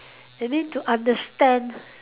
that mean to understand